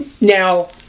Now